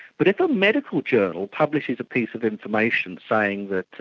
but if a medical journal publishes a piece of information saying that,